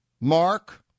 Mark